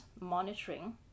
monitoring